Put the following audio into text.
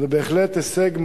זה בהחלט הישג מדהים,